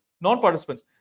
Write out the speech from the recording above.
non-participants